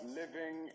living